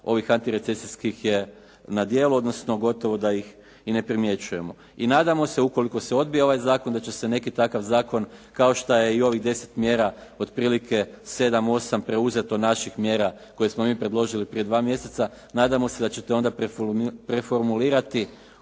ovih antirecesijskih je na djelu, odnosno gotovo da ih i ne primjećujemo. I nadamo se ukoliko se odbije ovaj zakon, da će se neki takav zakon, kao što je i ovih 10 mjera otprilike 7, 8 preuzeti od naših mjera koje smo mi predložili prije dva mjeseca, nadamo se da ćete preformulirati